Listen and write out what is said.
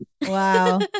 Wow